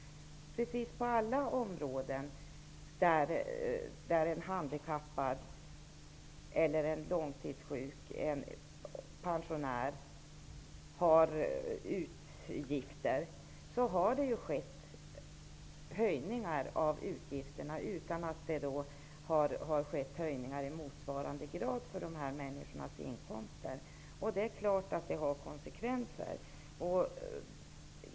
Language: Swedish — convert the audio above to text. På precis på alla områden, där en handikappad, en långtidssjuk eller en pensionär har utgifter har det skett höjningar av utgifterna utan att det skett höjningar i motsvarande grad för deras inkomster. Detta har naturligtvis konsekvenser.